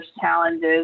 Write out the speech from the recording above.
challenges